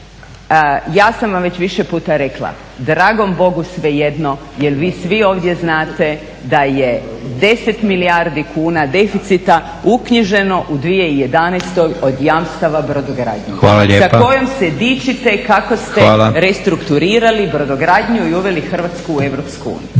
ja sam vam već više puta rekla, dragom Bogu svejedno jer vi svi ovdje znate da je 10 milijardi kuna deficita uknjiženo u 2011. od jamstava brodogradnje sa kojom se dičite kako ste restrukturirali brodogradnju i uveli Hrvatsku u EU.